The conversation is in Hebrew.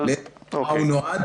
אבל, אוקיי.